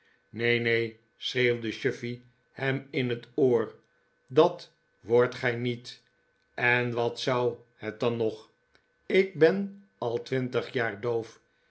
neen neen schreeuwde chuffey hem in het oor dat wordt gij niet en wat zou het dan nog ik ben al twintig jaar doof